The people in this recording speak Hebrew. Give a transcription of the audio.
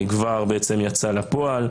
כבר בעצם יצא לפועל.